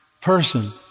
person